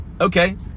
okay